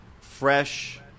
fresh